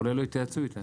אולי לא התייעצו איתה.